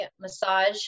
massage